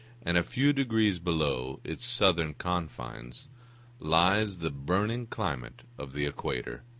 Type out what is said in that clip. and a few degrees below its southern confines lies the burning climate of the equator.